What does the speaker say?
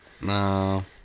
No